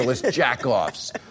jack-offs